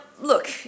Look